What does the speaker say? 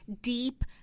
deep